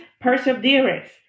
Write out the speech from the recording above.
perseverance